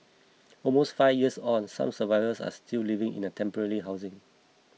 almost five years on some survivors are still living in temporary housing